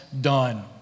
done